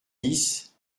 dix